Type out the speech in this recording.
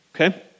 Okay